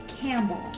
Campbell